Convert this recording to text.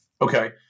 Okay